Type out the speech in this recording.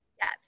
Yes